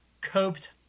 coped